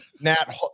Nat